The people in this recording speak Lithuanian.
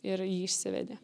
ir jį išsivedė